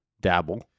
Dabble